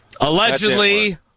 allegedly